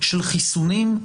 של חיסונים,